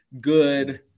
good